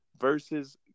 versus